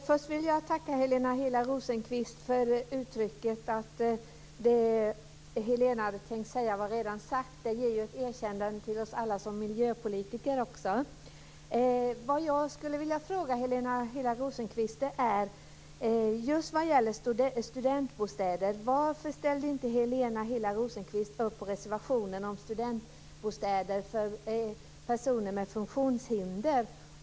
Herr talman! Jag vill tacka Helena Hillar Rosenqvist för uttrycket att det hon hade tänkt säga redan var sagt. Det ger ju ett erkännande till oss alla som miljöpolitiker. Rosenqvist just när det gäller studentbostäder. Varför ställde inte Helena Hillar Rosenqvist upp på reservationen om studentbostäder för personer med funktionshinder?